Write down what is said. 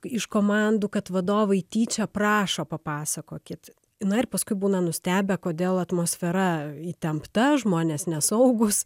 iš komandų kad vadovai tyčia prašo papasakokit na ir paskui būna nustebę kodėl atmosfera įtempta žmonės nesaugūs